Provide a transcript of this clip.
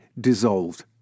dissolved